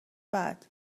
بعد